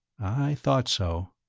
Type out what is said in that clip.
i thought so.